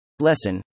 Lesson